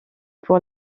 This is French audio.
pour